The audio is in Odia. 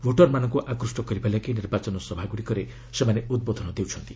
ଭୋଟର୍ମାନଙ୍କୁ ଆକୃଷ୍ଟ କରିବା ଲାଗି ନିର୍ବାଚନ ସଭାଗୁଡ଼ିକରେ ସେମାନେ ଉଦ୍ବୋଧନ ଦେଉଛନ୍ତି